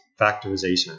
factorization